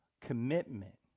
commitment